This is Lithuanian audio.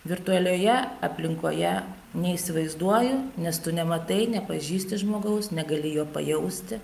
virtualioje aplinkoje neįsivaizduoju nes tu nematai nepažįsti žmogaus negali jo pajausti